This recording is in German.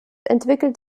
entwickelte